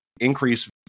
increase